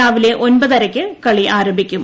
രാവിലെ ഒൻപതരയ്ക്ക് കളി ആരംഭിക്കും